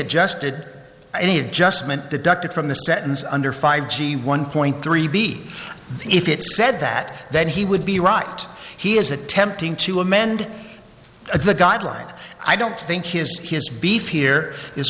adjusted any adjustment deducted from the sentence under five g one point three b if it said that then he would be right he is attempting to amend the guideline i don't think his his beef here is